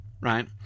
right